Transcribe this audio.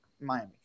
Miami